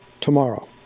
tomorrow